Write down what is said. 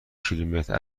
کیلومتر